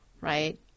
right